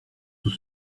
tout